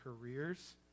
careers